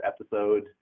episode –